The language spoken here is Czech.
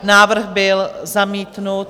Návrh byl zamítnut.